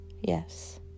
yes